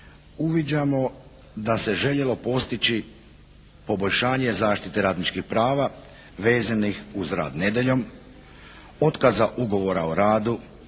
uviđamo da se željelo postići poboljšanje zaštite radničkih prava vezanih uz rad nedjeljom, otkaza ugovora o radu,